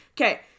okay